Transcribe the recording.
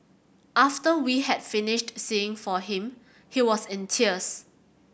after we had finished singing for him he was in tears